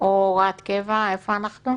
או הוראת קבע, איפה אנחנו?